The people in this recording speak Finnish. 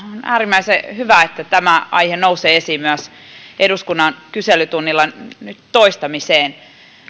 äärimmäisen hyvä että tämä aihe nousee esiin myös eduskunnan kyselytunnilla nyt toistamiseen